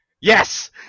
yes